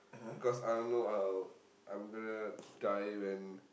because I don't know uh I'm gonna die when